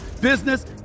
business